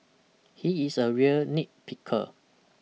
he is a real nitpicker